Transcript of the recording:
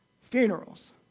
funerals